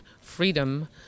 freedom